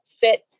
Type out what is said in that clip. fit